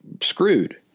Screwed